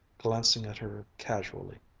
glancing at her casually.